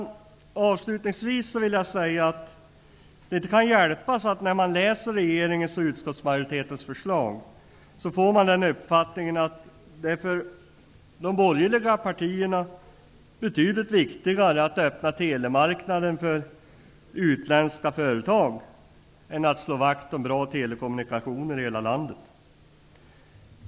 Jag vill avslutningsvis säga att det inte kan hjälpas, när man läser regeringens och utskottsmajoritetens förslag, att man får den uppfattningen att det för de borgerliga partierna är betydligt viktigare att öppna telemarknaden för utländska företag än att slå vakt om bra telekommunikationer i hela landet.